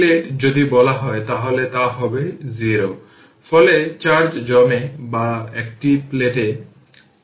সুতরাং v t এর জন্য যে শেপই থাকুক না কেন তা একই শেপ হবে একমাত্র জিনিস হল যে ইউনিট পরিবর্তন হবে